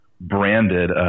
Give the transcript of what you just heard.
branded